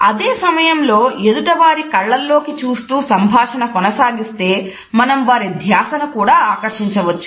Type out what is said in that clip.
అదే సమయంలో ఎదుటి వారి కళ్ళలోకి చూస్తూ సంభాషణ కొనసాగిస్తే మనం వారి ధ్యాసను కూడా ఆకర్షించవచ్చు